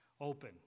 open